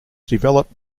developed